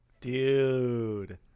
dude